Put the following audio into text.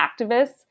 activists